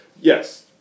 Yes